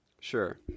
Sure